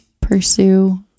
pursue